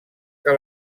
que